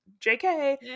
jk